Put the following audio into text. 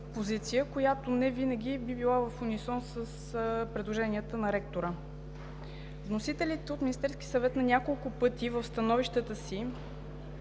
позиция, която невинаги би била в унисон с предложението на ректора. Вносителят – Министерският съвет, на няколко пъти в становищата си